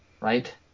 Right